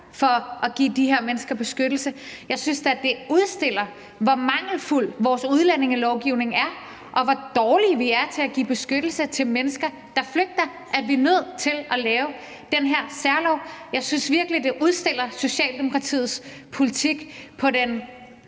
for at give de her mennesker beskyttelse? Jeg synes da, det udstiller, hvor mangelfuld vores udlændingelovgivning er, og hvor dårlige vi er til at give beskyttelse til mennesker, der flygter, at vi er nødt til at lave den her særlov. Jeg synes virkelig, det udstiller Socialdemokratiets politik på den